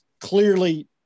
clearly